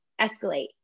escalate